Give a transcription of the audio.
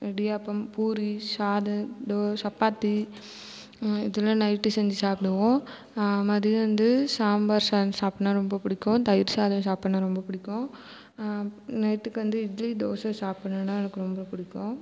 இடியாப்பம் பூரி சாதம் தோ சப்பாத்தி இதெல்லாம் நைட்டு செஞ்சு சாப்பிடுவோம் மதியம் வந்து சாம்பார் சாதம் சாப்பிட்னா ரொம்ப பிடிக்கும் தயிர் சாதம் சாப்பிட்னா ரொம்ப பிடிக்கும் நைட்டுக்கு வந்து இட்லி தோசை சாப்பிடணும்னா எனக்கு ரொம்ப பிடிக்கும்